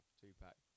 two-pack